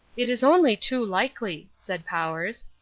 it is only too likely, said powers.